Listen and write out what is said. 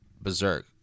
Berserk